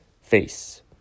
face